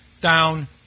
down